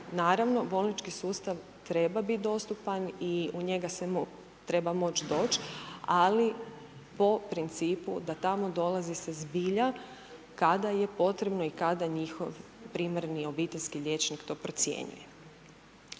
Naravno bolnički sustav treba bit dostupan i u njega se treba moć doć, ali po principu da tamo dolazi se zbilja kada je potrebno i kada njihov primarni obiteljski liječnik to procjenjuje.